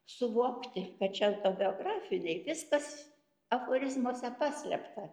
suvokti kad čia autobiografiniai viskas aforizmuose paslėpta